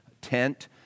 tent